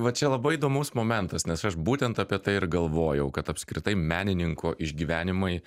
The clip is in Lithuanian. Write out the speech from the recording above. va čia labai įdomus momentas nes aš būtent apie tai ir galvojau kad apskritai menininko išgyvenimai